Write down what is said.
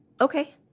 Okay